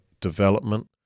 development